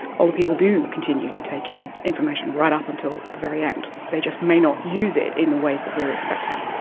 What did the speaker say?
older people do continue to take in information, right up until the very end. they just may not use it in the ways that we are expecting.